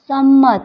સંમત